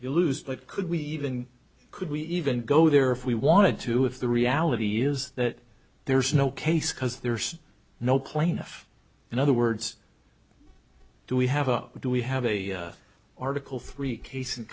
you lose but could we even could we even go there if we wanted to if the reality is that there's no case because there's no plaintiff in other words do we have a do we have a article three case